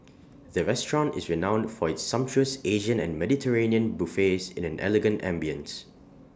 the restaurant is renowned for its sumptuous Asian and Mediterranean buffets in an elegant ambience